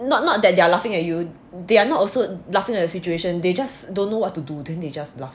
not not that they're laughing at you they are not also laughing at a situation they just don't know what to do then they just laugh